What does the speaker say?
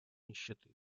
нищеты